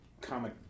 comic